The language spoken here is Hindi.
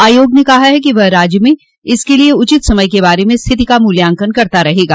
आयोग ने कहा कि वह राज्य में इसके लिए उचित समय के बारे में रिथति का मूल्यांकन करता रहेगा